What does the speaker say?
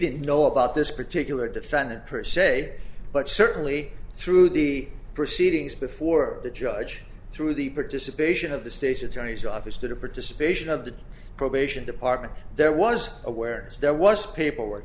didn't know about this particular defendant per se but certainly through the proceedings before the judge through the participation of the state's attorney's office that a participation of the probation department there was aware there was paperwork